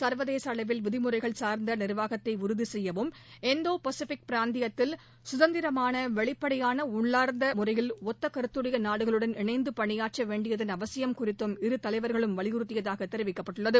சர்வதேச அளவில் விதிமுறைகள் சார்ந்த நிர்வாகத்தை உறுதி செய்யவும் இந்தோ பசுபிக் பிராந்தியத்தில் சுதந்திரமான வெளிப்படையான உள்ளார்ந்த முறையில் ஒத்த கருத்துடைய நாடுகளுடன் இணைந்து பணியாற்ற வேண்டியதன் அவசியம் குறித்தும் இரு தலைவர்களும் வலியுறுத்தியதாக தெரிவிக்கப்பட்டுள்ளது